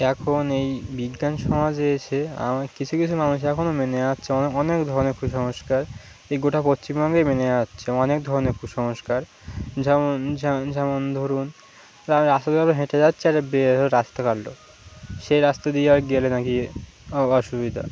এখন এই বিজ্ঞান সমাজে এসে আমার কিছু কিছু মানুষ এখনও মেনে যাচ্ছে অনেক ধরনের কুসংস্কার এই গোটা পশ্চিমবঙ্গে মেনে যাচ্ছে অনেক ধরনের কুসংস্কার যেমন যেমন ধরুন আমি রাস্তাঘাট দিতে হেঁটে যাচ্ছি আর বিড়াল রাস্তা কাটল সেই রাস্তা দিয়ে গেলে না কি অসুবিধা